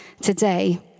today